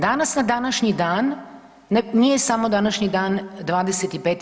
Danas na današnji dan, nije samo današnji dan 25.